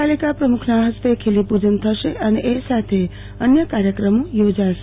નગર પાલિકા પ્રમુખના હસ્તે ખીલપુજન થશે એ સાથે અન્ય કાર્યક્રમો યોજાશે